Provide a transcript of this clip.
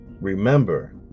remember